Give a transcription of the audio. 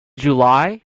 july